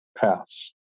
pass